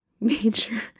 major